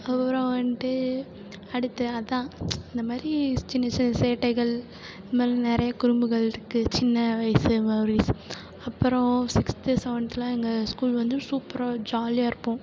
அப்பறம் வந்துட்டு அடுத்து அதுதான் இந்த மாதிரி சின்னச் சின்ன சேட்டைகள் இந்த மாதிரி நிறைய குறும்புகள் இருக்குது சின்ன வயது மெமரீஸ் அப்பறம் சிக்ஸ்த்து செவன்த்துலாம் எங்கள் ஸ்கூல் வந்து சூப்பராக ஜாலியாக இருப்போம்